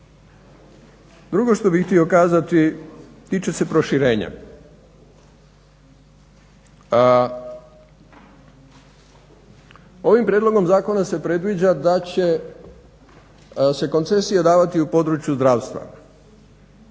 Drugo što bih htio kazati tiče se proširenja. Ovim prijedlogom zakona se predviđa da će se koncesija davati u području zdravstva